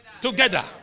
Together